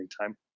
time